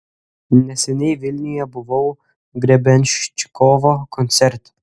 neseniai vilniuje buvau grebenščikovo koncerte